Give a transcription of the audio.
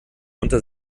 unter